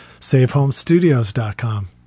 savehomestudios.com